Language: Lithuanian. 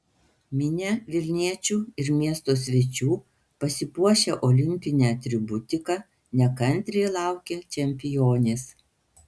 minia vilniečių ir miesto svečių pasipuošę olimpine atributika nekantriai laukė čempionės